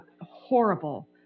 horrible